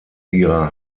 ihre